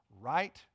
right